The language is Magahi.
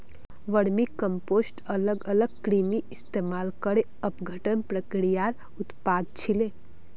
वर्मीकम्पोस्ट अलग अलग कृमिर इस्तमाल करे अपघटन प्रक्रियार उत्पाद छिके